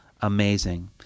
amazing